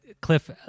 Cliff